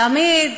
תמיד,